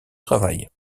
travail